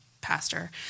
pastor